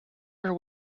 are